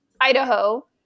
Idaho